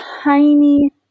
tiny